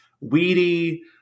weedy